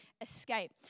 escape